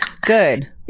Good